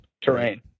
terrain